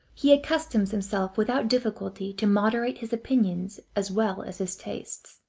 he accustoms himself without difficulty to moderate his opinions as well as his tastes.